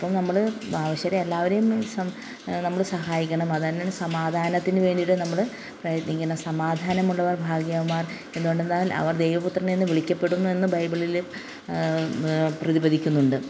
അപ്പം നമ്മൾ മനുഷ്യരെ എല്ലാവരെയും നമ്മൾ സഹായിക്കണം അത് തന്നെയാണ് സമാധാനത്തിന് വേണ്ടിയിട്ട് നമ്മൾ ഇങ്ങനെ സമാധാനമുള്ളവർ ഭാഗ്യവാന്മാർ എന്തുകൊണ്ടെന്നാൽ അവർ ദൈവപുത്രനെന്ന് വിളിക്കപ്പെടുന്നു എന്ന് ബൈബിളിൽ പ്രതിപാദിക്കുന്നുണ്ട്